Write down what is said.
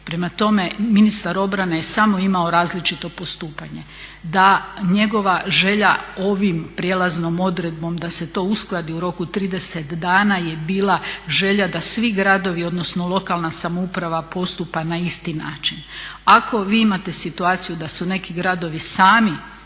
Prema tome, ministar obrane je samo imao različito postupanje da njegova želja ovim prijelaznim odredbama da se to uskladi u roku 30 dana je bila želja da svi gradovi odnosno lokalna samouprava postupa na isti način. Ako vi imate situaciju da su neki gradovi sami